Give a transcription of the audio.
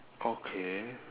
okay